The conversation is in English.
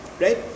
right